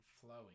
flowing